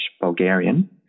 Bulgarian